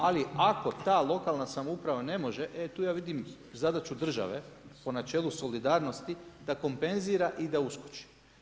Ali, ako ta lokalna samouprava, ne može, e tu ja vidim zadaću države po načelu solidarnosti, da kompenzira i da uskoči.